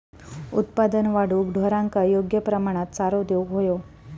उत्पादन वाढवूक ढोरांका योग्य प्रमाणात चारो देऊक व्हयो